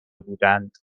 بودند